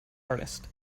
artist